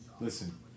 listen